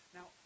Now